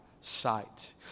sight